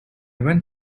went